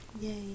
Yay